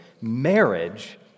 marriage